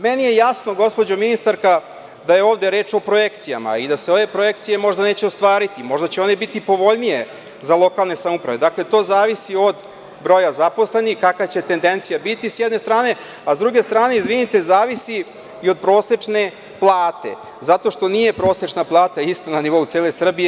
Meni je jasno, gospođo ministarka, da je ovde reč o projekcijama i da se ove projekcije možda neće ostvariti, možda će one biti povoljnije za lokalne samouprave, dakle, to zavisi od broja zaposlenih kakva će tendencija biti, s jedne strane, a s druge strane, izvinite, zavisi i od prosečne plate, zato što nije prosečna plata ista na nivou cele Srbije.